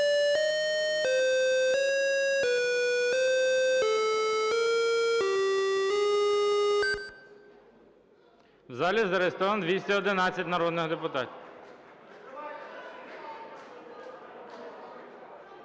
У залі зареєстровано 211 народних депутатів.